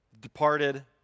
departed